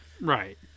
Right